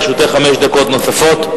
לרשותך חמש דקות נוספות,